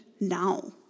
now